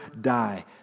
die